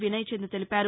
వినయ్చంద్ తెలిపారు